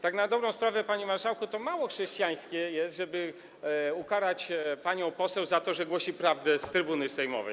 Tak na dobrą sprawę, panie marszałku, to jest mało chrześcijańskie, żeby ukarać panią poseł za to, że głosi prawdę z trybuny sejmowej.